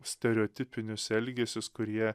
stereotipinius elgesius kurie